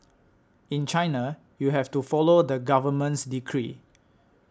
in China you have to follow the government's decree